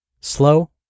Slow